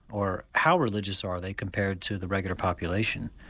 or how religious are they compared to the regular population?